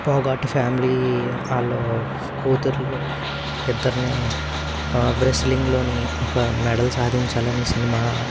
Phogat family వాళ్ళు కూతుళ్ళు ఇద్దరినీ రెజ్లింగ్లోని ఒక మెడల్ సాధించాలని సినిమా